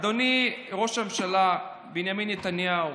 אדוני, ראש הממשלה בנימין נתניהו